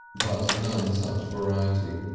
but none such variety,